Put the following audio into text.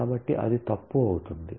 కాబట్టి అది తప్పు అవుతుంది